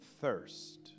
thirst